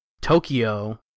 Tokyo